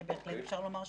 בהחלט אפשר לומר שכן.